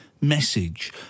message